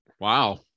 Wow